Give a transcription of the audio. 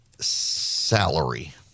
salary